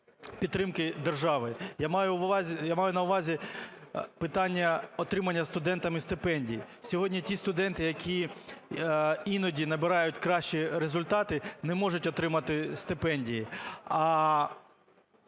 підтримки держави. Я маю на увазі отримання студентами стипендій. Сьогодні ті студенти, які іноді набирають кращі результати, не можуть отримати стипендії.